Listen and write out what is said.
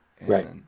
Right